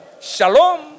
Shalom